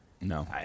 No